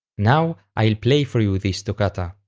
now i'll play for you this toccata,